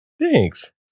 Thanks